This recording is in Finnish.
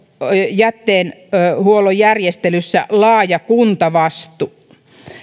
jätteenhuollon järjestelyssä laaja kuntavastuu